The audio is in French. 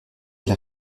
elle